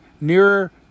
nearer